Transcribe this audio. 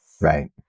Right